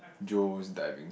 Joe's diving